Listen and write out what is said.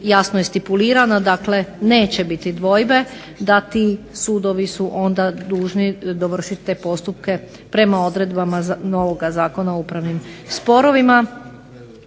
jasno je stipulirano. Dakle, neće biti dvojbe da ti sudovi su onda dužni dovršiti te postupke prema odredbama novoga Zakona o upravnim sporovima